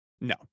No